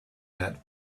that